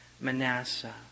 Manasseh